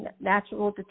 natural